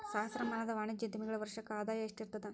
ಸಹಸ್ರಮಾನದ ವಾಣಿಜ್ಯೋದ್ಯಮಿಗಳ ವರ್ಷಕ್ಕ ಆದಾಯ ಎಷ್ಟಿರತದ